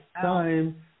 time